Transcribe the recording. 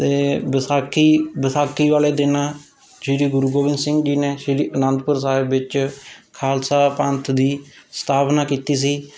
ਅਤੇ ਵਿਸਾਖੀ ਵਿਸਾਖੀ ਵਾਲੇ ਦਿਨ ਸ੍ਰੀ ਗੁਰੂ ਗੋਬਿੰਦ ਸਿੰਘ ਜੀ ਨੇ ਸ੍ਰੀ ਅਨੰਦਪੁਰ ਸਾਹਿਬ ਵਿੱਚ ਖਾਲਸਾ ਪੰਥ ਦੀ ਸਥਾਪਨਾ ਕੀਤੀ ਸੀ